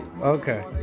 Okay